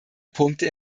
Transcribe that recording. punkte